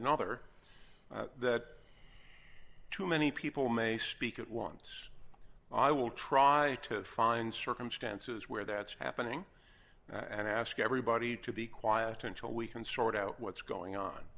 another that too many people may speak at once i will try to find circumstances where that's happening and ask everybody to be quiet until we can sort out what's going on